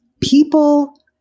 people